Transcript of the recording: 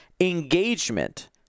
engagement